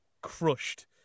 crushed